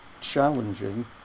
challenging